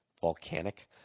Volcanic